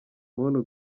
muntu